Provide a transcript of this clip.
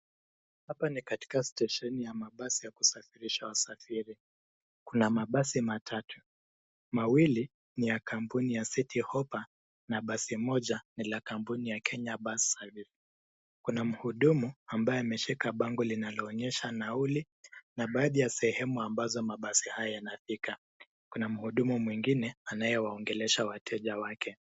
Hapa ni katika stesheni ya mabasi ya kusafirisha wasafiri. Kuna mabasi matatu, mawili ni ya kampuni ya Citi Hoppa na basi moja ni la kampuni la Kenya Bus Survey . Kuna mhudumu ambaye ameshika bango linaloonyesha nauli na baadhi ya sehemu ambazo mabasi hayo yanafika. Kuna mhudumu mwingine anayewaongelesha wateja wake.